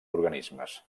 organismes